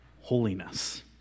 holiness